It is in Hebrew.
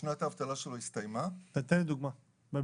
ששנת האבטלה שלו הסתיימה --- תן לי דוגמה במועדים.